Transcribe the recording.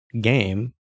game